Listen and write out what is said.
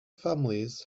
families